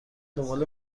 دنبال